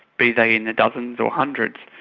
be they in the dozens or hundreds,